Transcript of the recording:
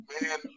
Man